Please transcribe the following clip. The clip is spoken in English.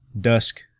dusk